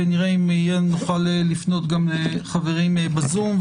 ונראה אם נוכל לפנות גם לחברים בזום,